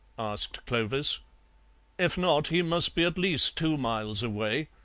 asked clovis if not, he must be at least two miles away.